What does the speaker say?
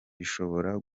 bishobora